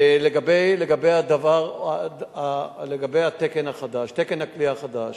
לגבי תקן הכליאה החדש,